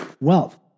wealth